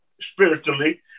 spiritually